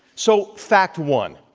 so fact one,